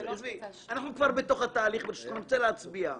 עזבי, אנחנו כבר בתוך התהליך ואני רוצה להצביע.